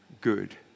good